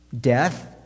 Death